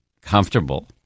comfortable